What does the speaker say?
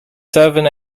seven